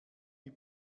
wie